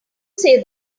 say